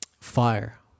fire